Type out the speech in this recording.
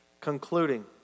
concluding